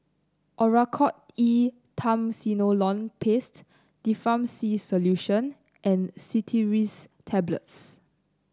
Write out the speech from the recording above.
Oracort E Triamcinolone Paste Difflam C Solution and Cetirizine Tablets